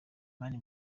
mani